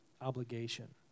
obligation